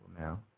now